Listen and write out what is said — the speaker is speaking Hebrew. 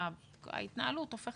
למה התקציב לא יושם?